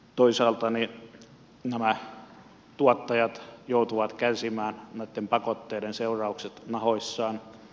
toisaalta nämä tuottajat joutuvat kärsimään noitten pakotteiden seuraukset nahoissaan